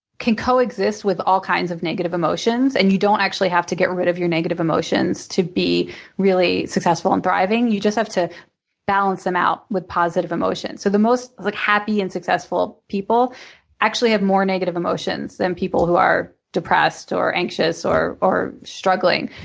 can co-exist with all kinds of negative emotions and you don't actually have to get rid of your negative emotions to be really successful and thriving. you just have to balance them out with positive emotions. so the most like happy and successful people actually have more negative emotions than people who are depressed or anxious or or struggling.